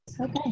Okay